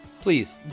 please